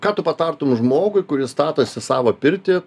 ką tu patartum žmogui kuris statosi savo pirtį